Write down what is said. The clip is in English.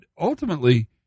ultimately